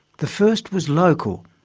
the first was local,